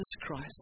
Christ